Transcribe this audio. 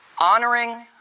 Honoring